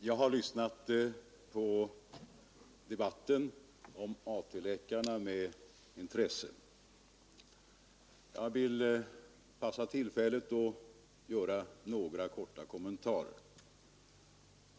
Herr talman! Jag har med intresse lyssnat på debatten om AT-läkarna. Jag vill passa på tillfället att göra några korta kommentarer.